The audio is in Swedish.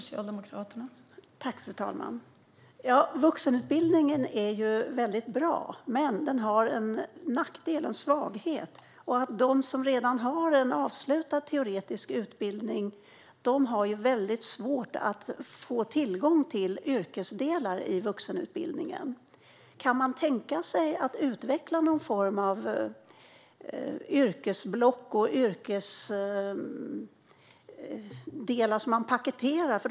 Fru talman! Vuxenutbildningen är ju väldigt bra. Den har dock en nackdel, en svaghet, och det är att de som redan har en avslutad teoretisk utbildning har väldigt svårt att få tillgång till yrkesdelar i vuxenutbildningen. Kan man tänka sig att utveckla någon form av yrkesblock som man paketerar?